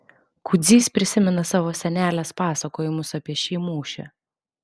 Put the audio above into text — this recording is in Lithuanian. kudzys prisimena savo senelės pasakojimus apie šį mūšį